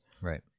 right